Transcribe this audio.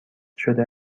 شده